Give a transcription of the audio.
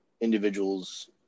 individual's